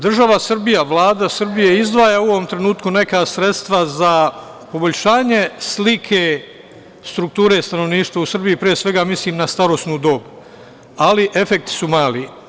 Država Srbija, Vlada Srbije izdvaja u ovom trenutku neka sredstva za poboljšanje slike strukture stanovništva u Srbiji, a pre svega tu mislim na starosnu dobu, ali efekti su mali.